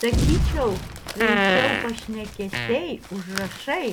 sakyčiau veikiau pašnekesiai užrašai